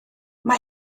mae